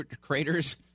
Craters